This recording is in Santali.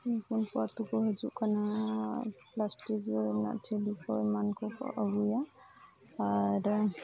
ᱩᱱᱠᱩ ᱠᱚ ᱟᱹᱛᱩ ᱠᱚ ᱦᱤᱡᱩᱜ ᱠᱟᱱᱟ ᱯᱞᱟᱥᱴᱤᱠ ᱨᱮᱱᱟᱜ ᱴᱷᱤᱞᱤ ᱠᱚ ᱮᱢᱟᱱ ᱠᱚᱠᱚ ᱟᱹᱜᱩᱭᱟ ᱟᱨ